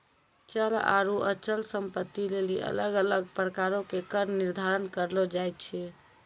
चल आरु अचल संपत्ति लेली अलग अलग प्रकारो के कर निर्धारण करलो जाय छै